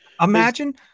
imagine